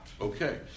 Okay